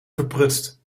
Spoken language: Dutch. verprutst